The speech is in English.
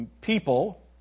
People